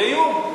זה איום.